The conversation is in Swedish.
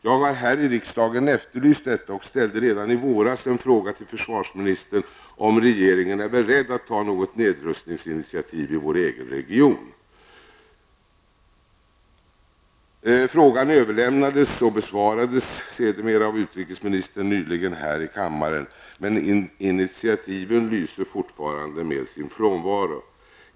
Jag har här i riksdagen efterlyst detta och frågade försvarsministern redan i våras om regeringen var beredd att ta något nedrustningsinitiativ i vår egen region. Frågan överlämnades till och besvarades nyligen av utrikesministern här i kammaren. Men initiativen lyser fortfarande med sin frånvaro.